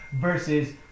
versus